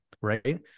right